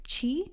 chi